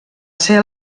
ser